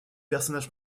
personnage